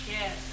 Yes